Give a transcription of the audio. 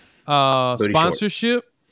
sponsorship